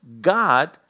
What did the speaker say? God